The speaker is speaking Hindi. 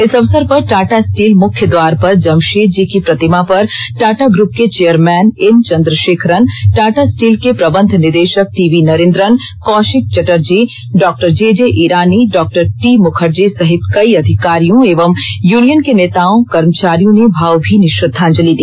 इस अवसर पर टाटा स्टील मुख्य द्वार पर जमशेद जी की प्रतिमा पर टाटा ग्रूप के chairman N Chandrasekaran Tata steel के प्रबंध निदेशक T V Narendran Kaushik Chatterjee Dr J J Irani Dr T Mukherjee सहित अधिकारी एवं यूनियन के नेता कर्मचारी अपनी भावमीनी श्रद्दांजलि की